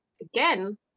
again